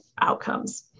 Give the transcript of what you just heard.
outcomes